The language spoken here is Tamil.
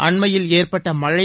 அண்மையில் ஏற்பட்ட மழை